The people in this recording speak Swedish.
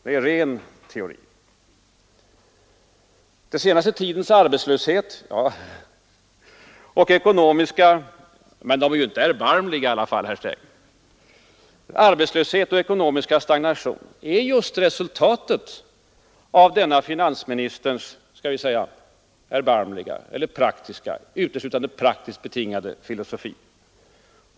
Men de är ju inte erbarmliga i alla fall, herr Sträng! Den senaste tidens arbetslöshet och ekonomiska stagnation är just resultatet av denna finansministerns skall vi säga erbarmliga — eller uteslutande praktiskt betingade — filosofi.